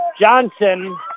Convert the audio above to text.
Johnson